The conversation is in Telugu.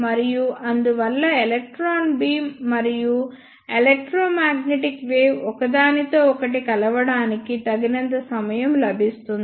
మరియు అందువల్ల ఎలక్ట్రాన్ బీమ్ మరియు ఎలెక్ట్రోమాగ్నెటిక్ వేవ్ ఒకదానితో ఒకటి కలవడానికి తగినంత సమయం లభిస్తుంది